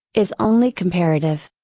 is only comparative.